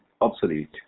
obsolete